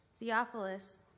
Theophilus